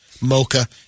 mocha